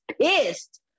pissed